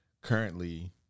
currently